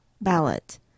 ballot